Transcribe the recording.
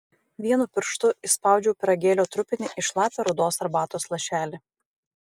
vienu pirštu įspaudžiau pyragėlio trupinį į šlapią rudos arbatos lašelį